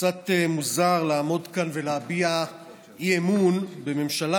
קצת מוזר לעמוד כאן ולהביע אי-אמון בממשלה